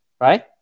right